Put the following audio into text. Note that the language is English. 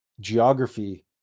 geography